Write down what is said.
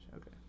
Okay